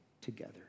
together